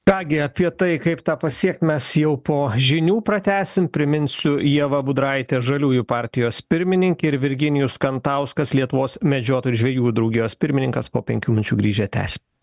ką gi apie tai kaip tą pasiekt mes jau po žinių pratęsim priminsiu ieva budraitė žaliųjų partijos pirmininkė ir virginijus kantauskas lietuvos medžiotojų ir žvejų draugijos pirmininkas po penkių minučių grįžę tęsim